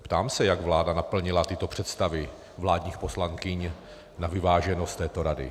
Ptám se, jak vláda naplnila tyto představy vládních poslankyň na vyváženost této rady.